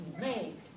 make